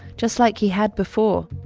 just like he had before.